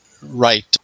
right